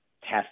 test